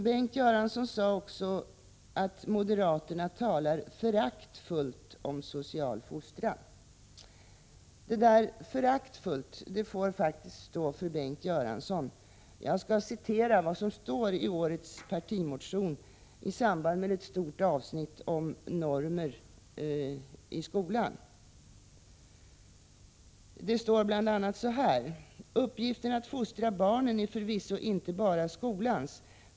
Bengt Göransson sade också att moderaterna talar föraktfullt om social fostran. Uttrycket ”föraktfullt” får faktiskt stå för Bengt Göransson. Jag skall ur årets partimotion citera vad vi säger i samband med ett stort avsnitt om normer i skolan. Det står bl.a. så här: ”Uppgiften att fostra barnen är förvisso inte bara skolans.